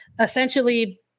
essentially